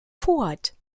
fort